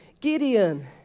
Gideon